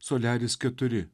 soliaris keturi